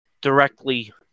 directly